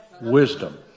wisdom